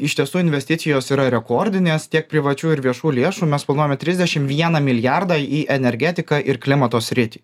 iš tiesų investicijos yra rekordinės tiek privačių ir viešų lėšų mes planuojame trisdešim vieną milijardą į energetiką ir klimato sritį